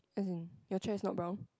as in your chair is not brown